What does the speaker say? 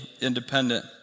independent